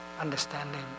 understanding